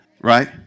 right